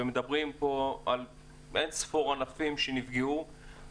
ומדברים פה על אין ספור ענפים שנפגעו.